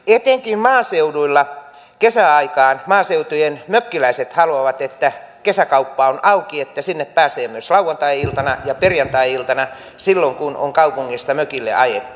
etenkin maaseuduilla kesäaikaan maaseutujen mökkiläiset haluavat että kesäkauppa on auki että sinne pääsee myös lauantai iltana ja perjantai iltana silloin kun on kaupungista mökille ajettu